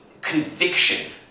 conviction